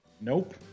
Nope